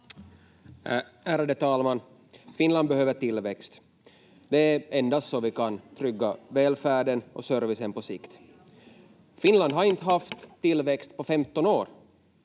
Ärade talman! Finland behöver tillväxt. Det är endast så vi kan trygga välfärden och servicen på sikt. Finland har inte haft tillväxt på 15 år.